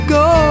go